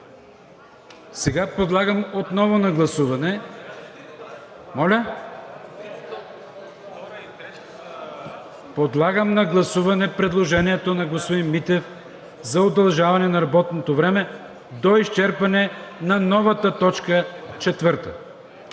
подлагам на гласуване предложението на господин Митев за удължаване на работното време до изчерпване на новата точка четвърта.